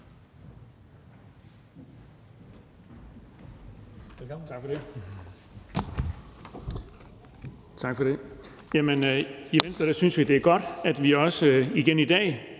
Tak for det.